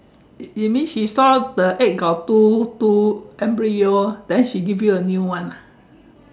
you you mean she saw the egg got two two embryo then she give you a new one ah